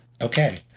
Okay